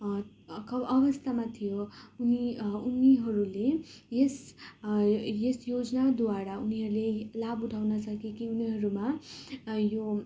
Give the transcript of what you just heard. क अवस्थामा थियो उनी उनीहरूले यस यस योजनाद्वारा उनीहरूले लाभ उठाउन सके कि उनीहरूमा यो